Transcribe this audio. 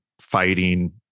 fighting